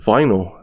Vinyl